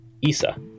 Isa